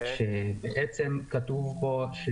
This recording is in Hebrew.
כתוב פה